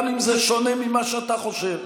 גם אם זה שונה ממה שאתה חושב.